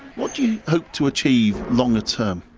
what do you hope to achieve longer term?